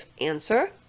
answer